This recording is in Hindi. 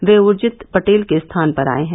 वह उर्जित पटेल के स्थान पर आए हैं